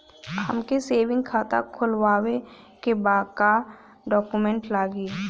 हमके सेविंग खाता खोलवावे के बा का डॉक्यूमेंट लागी?